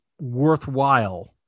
worthwhile